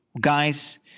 guys